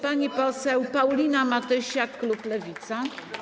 Pani poseł Paulina Matysiak, klub Lewica.